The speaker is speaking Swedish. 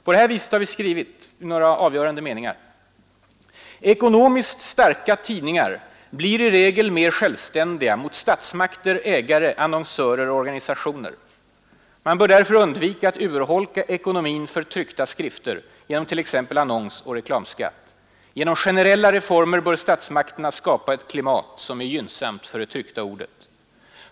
Så här har vi skrivit i några avgörande meningar: ”Ekonomiskt starka tidningar blir i regel mer självständiga — mot statsmakter, ägare, annonsörer och organisationer. Man bör därför undvika att urholka ekonomin för tryckta skrifter genom t.ex. annonsoch reklamskatt. Genom generella reformer bör statsmakterna skapa ett klimat som är gynnsamt för det trycka ordet.